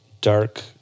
dark